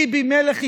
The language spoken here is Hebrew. ביבי מלך ישראל,